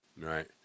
Right